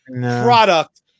product